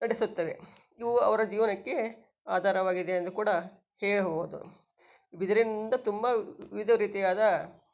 ನಡೆಸುತ್ತವೆ ಇವು ಅವರ ಜೀವನಕ್ಕೆ ಆಧಾರವಾಗಿದೆ ಎಂದೂ ಕೂಡ ಹೇಳಬಹುದು ಬಿದಿರಿಂದ ತುಂಬ ವಿವಿಧ ರೀತಿಯಾದ